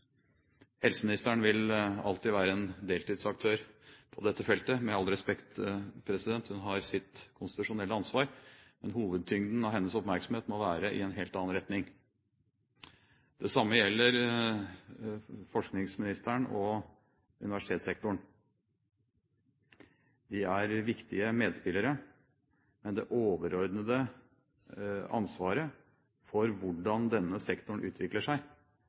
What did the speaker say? Helseministeren vil alltid være en deltidsaktør på dette feltet – med all respekt, hun har sitt konstitusjonelle ansvar – men hovedtyngden av hennes oppmerksomhet må være i en helt annen retning. Det samme gjelder forskningsministeren og universitetssektoren. De er viktige medspillere, men det overordnede ansvaret for hvordan denne sektoren utvikler seg,